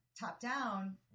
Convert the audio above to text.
top-down